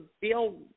Bill